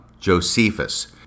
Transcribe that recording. Josephus